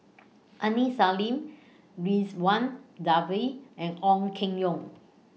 Aini Salim Ridzwan Dzafir and Ong Keng Yong